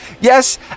Yes